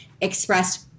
expressed